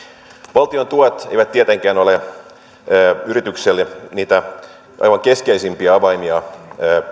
valtion tuet eivät tietenkään ole yritykselle niitä aivan keskeisimpiä avaimia